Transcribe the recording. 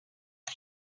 too